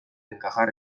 encajar